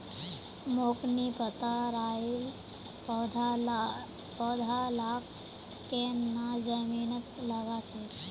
मोक नी पता राइर पौधा लाक केन न जमीनत लगा छेक